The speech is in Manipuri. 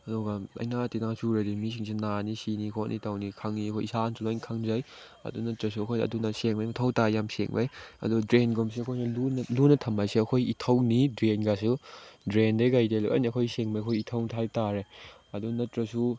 ꯑꯗꯨꯒ ꯂꯥꯏꯅꯥ ꯇꯤꯟꯅꯥꯁꯨ ꯂꯩꯔꯤꯕ ꯃꯤꯁꯤꯡꯁꯦ ꯅꯥꯅꯤ ꯁꯤꯅꯤ ꯈꯣꯠꯅꯤ ꯇꯧꯅꯤ ꯈꯪꯉꯤ ꯑꯩꯈꯣꯏ ꯏꯁꯥꯅꯁꯨ ꯂꯣꯏ ꯈꯪꯖꯩ ꯑꯗꯨ ꯅꯠꯇ꯭ꯔꯁꯨ ꯍꯣꯏ ꯑꯗꯨꯅ ꯁꯦꯡꯕꯩ ꯃꯊꯧ ꯇꯥꯏ ꯌꯥꯝ ꯁꯦꯡꯕꯒꯤ ꯑꯗꯨꯅ ꯗ꯭ꯔꯦꯟꯒꯨꯝꯕꯁꯦ ꯑꯩꯈꯣꯏꯁꯦ ꯂꯨꯅ ꯂꯨꯅ ꯊꯝꯕ ꯍꯥꯏꯁꯦ ꯑꯩꯈꯣꯏ ꯏꯊꯧꯅꯤ ꯗ꯭ꯔꯦꯟꯒꯥꯁꯨ ꯗ꯭ꯔꯦꯟꯗꯒꯤ ꯀꯩꯗꯒꯤ ꯂꯣꯏꯅ ꯑꯩꯈꯣꯏ ꯁꯦꯡꯕ ꯑꯩꯈꯣꯏ ꯏꯊꯧ ꯍꯥꯏꯇꯥꯔꯦ ꯑꯗꯨ ꯅꯠꯇ꯭ꯔꯁꯨ